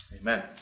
Amen